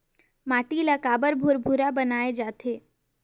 माटी ला काबर भुरभुरा बनाय जाथे?